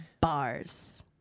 Bars